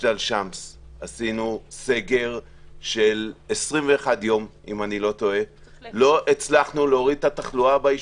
עשינו סגר של 21 יום במג'דל שמס ולא הצלחנו להוריד את התחלואה ביישוב.